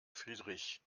friedrich